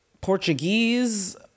Portuguese